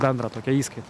bendro tokia įskaita